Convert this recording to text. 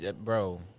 bro